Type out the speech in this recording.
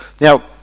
Now